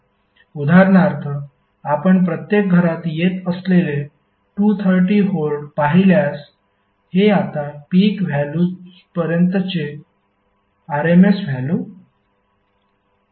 उदाहरणार्थ आपण प्रत्येक घरात येत असलेले 230 व्होल्ट पाहिल्यास हे आता पीक व्हॅल्यूपर्यंतचे RMS व्हॅल्यु आहे